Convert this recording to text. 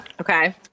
Okay